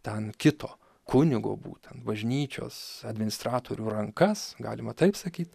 ten kito kunigo būtent bažnyčios administratorių rankas galima taip sakyt